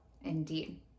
indeed